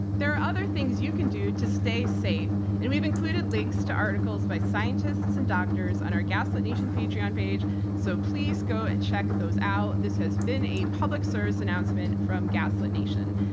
there are other things that you can do to stay safe and we've included links to articles by scientists and doctors on our gaslit nation patreon page so please go check those out. this has been a public service announcement from gaslit nation.